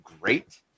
great